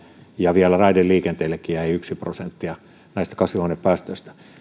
ja vielä raideliikenteellekin jäi yksi prosenttia näistä kasvihuonepäästöistä